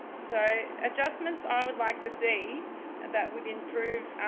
so adjustments i would like to see that would improve